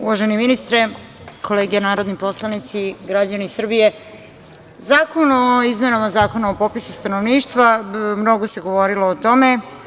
Uvaženi ministre, kolege narodni poslanice, građani Srbije, Predlog zakon o izmenama Zakona o popisu stanovništva, mnogo se govorilo o tome.